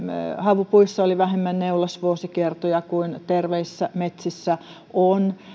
havupuissa oli vähemmän neulasvuosikertoja kuin terveissä metsissä on